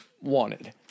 wanted